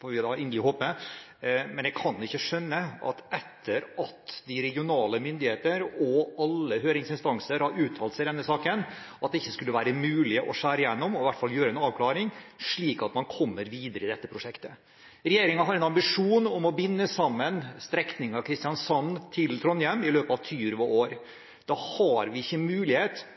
får vi da inderlig håpe. Men jeg kan ikke skjønne at det etter at de regionale myndigheter og alle høringsinstanser har uttalt seg i denne saken, ikke skulle være mulig å skjære igjennom og i hvert fall få en avklaring, slik at man kommer videre i dette prosjektet. Regjeringen har en ambisjon om å binde sammen strekningen Kristiansand–Trondheim i løpet av 20 år. Da kan vi ikke